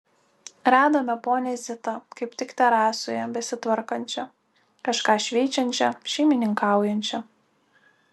radome ponią zitą kaip tik terasoje besitvarkančią kažką šveičiančią šeimininkaujančią